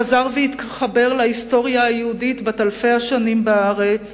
חזר והתחבר להיסטוריה היהודית בת אלפי השנים בארץ,